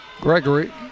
Gregory